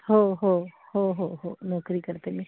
हो हो हो हो हो नोकरी करते मी